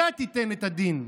אתה תיתן את הדין.